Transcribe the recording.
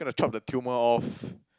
gotta chop the tumour off